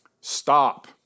Stop